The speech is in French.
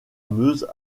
meuse